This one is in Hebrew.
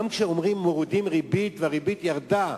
גם כשאומרים שמורידים ריבית, והריבית ירדה,